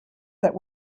that